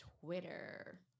Twitter